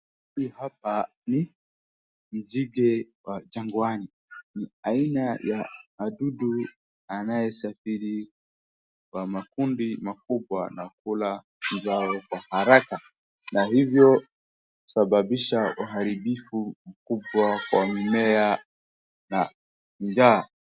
Huyu hapa ni nzige wa jangwani. Ni aina ya wadudu anayesafiri kwa makundi makubwa na kula uzao kwa haraka, na hivyo husababisha uharibifu mkubwa kwa mimea na njaa.